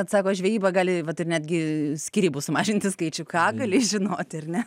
atsako žvejyba gali vat ir netgi skyrybų sumažinti skaičių ką gali žinoti ar ne